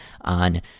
on